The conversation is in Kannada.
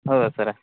ಹೌದಾ ಸರ್ರ